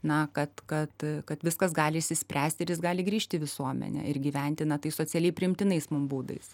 na kad kad kad viskas gali išsispręsti ir jis gali grįžti į visuomenę ir gyventi na tai socialiai priimtinais mum būdais